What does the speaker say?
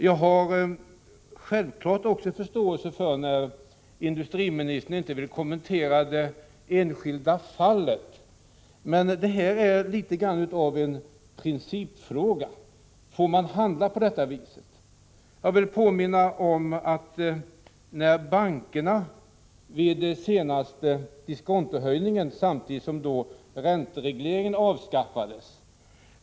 Jag har självfallet förståelse för att industriministern inte vill kommentera det enskilda fallet, men detta är något av en principfråga. Får man handla på detta vis? Jag vill påminna om vad som hände när det gällde bankerna vid den senaste diskontohöjningen, samtidigt som ränteregleringen avskaffades.